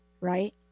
Right